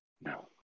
No